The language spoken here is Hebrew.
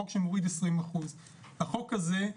חוק שמוריד 20%. החוק הזה,